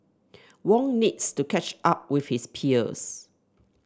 wong needs to catch up with his peers